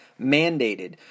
mandated